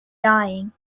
dying